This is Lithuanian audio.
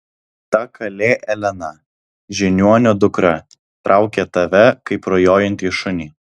ta kalė elena žiniuonio dukra traukia tave kaip rujojantį šunį